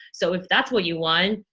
so, if that's what you want,